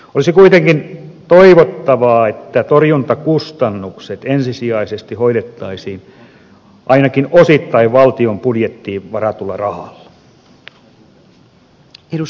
olisi kuitenkin toivottavaa että torjuntakustannukset ensisijaisesti hoidettaisiin ainakin osittain valtion budjettiin varatulla rahalla